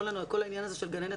כל העניין הזה של גננת,